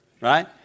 Right